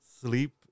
sleep